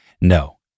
No